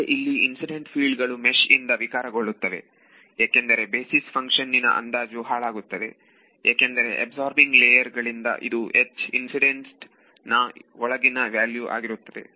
ಆದರೆ ಇಲ್ಲಿ incident field ಗಳು ಮೆಷ್ಇಂದ ವಿಕಾರಗೊಳ್ಳುತ್ತವೆ ಏಕೆಂದರೆ ಬೇಸಿಸ್ ಫಂಕ್ಷನ್ ನಿನ ಅಂದಾಜು ಹಾಳಾಗುತ್ತದೆ ಏಕೆಂದರೆ ಅಬ್ಸರ್ಬಿಂಗ್ ಲೇಯರ್ ಗಳಿಂದ ಇದು H ಇನ್ಸಿಡೆಂಟ್ ಇನ ಒಳಗಿನ ವ್ಯಾಲ್ಯೂ ಆಗಿರುತ್ತದೆ